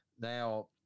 Now